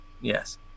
Yes